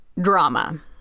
drama